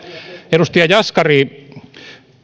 edustaja jaskari